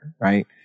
right